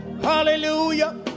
Hallelujah